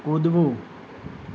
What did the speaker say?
કૂદવું